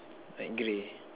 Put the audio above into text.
I agree